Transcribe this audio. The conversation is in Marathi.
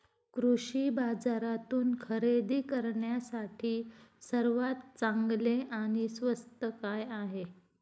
कृषी बाजारातून खरेदी करण्यासाठी सर्वात चांगले आणि स्वस्त काय आहे?